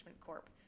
Corp